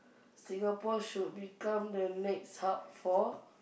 Singapore should become the next hub for